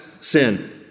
sin